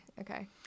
Okay